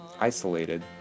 isolated